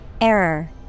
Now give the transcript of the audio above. Error